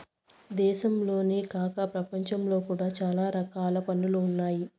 దేశంలోనే కాక ప్రపంచంలో కూడా చాలా రకాల పన్నులు ఉన్నాయి